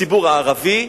בציבור הערבי,